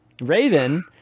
Raven